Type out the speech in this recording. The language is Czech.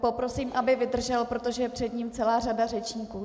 Poprosím, aby vydržel, protože je před ním celá řada řečníků.